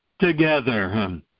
together